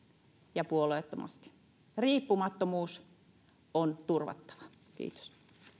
ja puolueettomasti riippumattomuus on turvattava kiitos